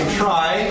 try